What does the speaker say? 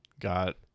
got